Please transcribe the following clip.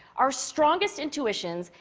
our strongest intuitions,